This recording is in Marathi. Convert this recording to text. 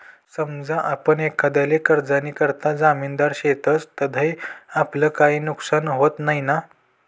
समजा आपण एखांदाले कर्जनीकरता जामिनदार शेतस तधय आपलं काई नुकसान व्हत नैना?